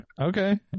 Okay